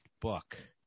book